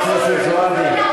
לא